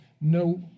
no